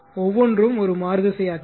ஒவ்வொன்றும் ஒரு மாறுதிசையாக்கி